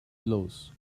blows